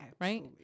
Right